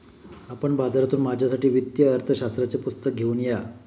आपण बाजारातून माझ्यासाठी वित्तीय अर्थशास्त्राचे पुस्तक घेऊन या